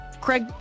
Craig